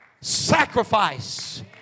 sacrifice